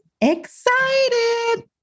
Excited